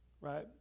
right